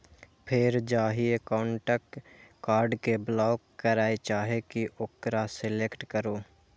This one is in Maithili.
फेर जाहि एकाउंटक कार्ड कें ब्लॉक करय चाहे छी ओकरा सेलेक्ट करू